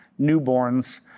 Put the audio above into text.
newborns